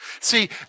See